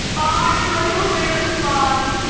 i really hope they respond.